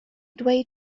dweud